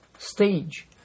stage